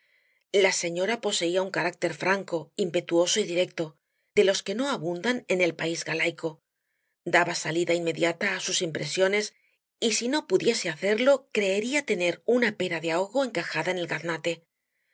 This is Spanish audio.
la señora poseía un carácter franco impetuoso y directo de los que no abundan en el país galaico daba salida inmediata á sus impresiones y si no pudiese hacerlo creería tener una pera de ahogo encajada en el gaznate